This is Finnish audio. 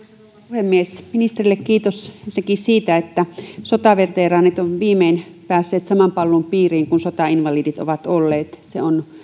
puhemies ministerille kiitos ensinnäkin siitä että sotaveteraanit ovat viimein päässeet saman palvelun piiriin kuin sotainvalidit se on